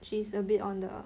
she's a bit on the